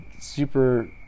super